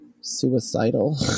suicidal